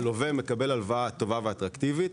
הלווה מקבל הלוואה טובה ואטרקטיבית,